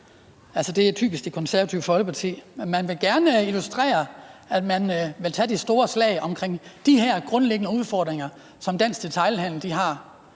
det er typisk Det Konservative Folkeparti – man vil gerne illustrere, at man vil tage de store slag i forbindelse med de her store udfordringer, som dansk detailhandel har,